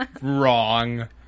Wrong